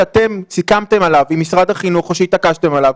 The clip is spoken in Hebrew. שאתם סיכמתם עליו עם משרד החינוך או שהתעקשתם עליו,